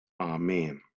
Amen